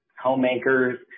homemakers